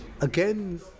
again